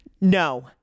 no